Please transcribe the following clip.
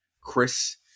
Chris